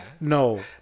no